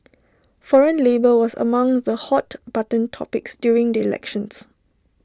foreign labour was among the hot button topics during the elections